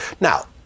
Now